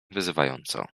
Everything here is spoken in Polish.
wyzywająco